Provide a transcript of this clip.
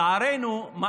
ירון זליכה אמר.